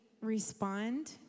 respond